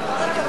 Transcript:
כל הכבוד, (קוראת בשמות חברי הכנסת)